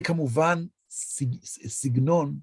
כמובן, סגנון.